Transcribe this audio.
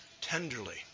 tenderly